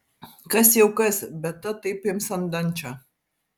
kas jau kas bet ta taip ims ant dančio